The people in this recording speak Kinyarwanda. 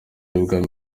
w’ibwami